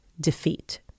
defeat